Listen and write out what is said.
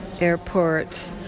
airport